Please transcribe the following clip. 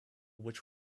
which